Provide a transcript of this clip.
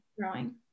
growing